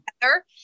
together